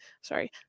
Sorry